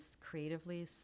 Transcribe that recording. creatively